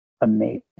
amazing